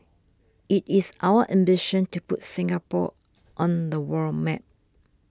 it is our ambition to put Singapore on the world map